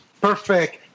perfect